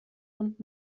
und